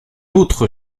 autre